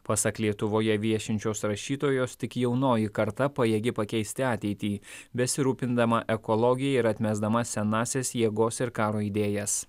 pasak lietuvoje viešinčios rašytojos tik jaunoji karta pajėgi pakeisti ateitį besirūpindama ekologija ir atmesdama senąsias jėgos ir karo idėjas